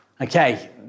Okay